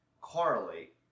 correlate